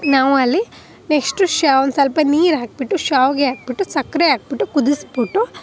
ನಾವು ಅಲ್ಲಿ ನೆಕ್ಸ್ಟು ಶಾ ಒಂದ್ಸ್ವಲ್ಪ ನೀರು ಹಾಕಿಬಿಟ್ಟು ಶಾವಿಗೆ ಹಾಕಿಬಿಟ್ಟು ಸಕ್ಕರೆ ಹಾಕಿಬಿಟ್ಟು ಕುದಿಸಿಬಿಟ್ಟು